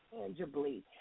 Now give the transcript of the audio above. tangibly